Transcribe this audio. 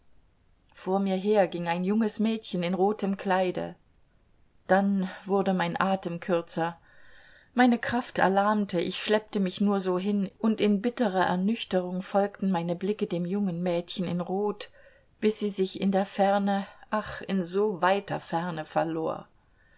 vor mir her ging ein junges mädchen in rotem kleide dann wurde mein atem kürzer meine kraft erlahmte ich schleppte mich nur so hin und in bitterer ernüchterung folgten meine blicke dem jungen mädchen in rot bis sie sich in der ferne ach in so weiter ferne verlor